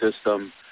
system